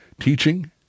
teaching